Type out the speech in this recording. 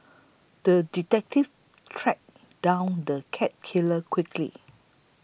the detective tracked down the cat killer quickly